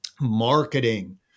marketing